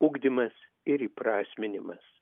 ugdymas ir įprasminimas